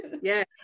Yes